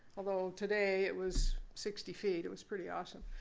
although today it was sixty feet. it was pretty awesome.